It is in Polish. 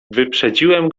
wyprzedziłem